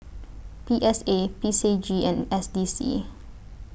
P S A P C J and S D C